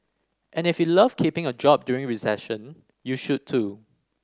and if you love keeping your job during recession you should too